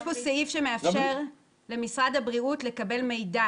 יש פה סעיף שמאפשר למשרד הבריאות לקבל מידע